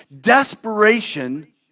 Desperation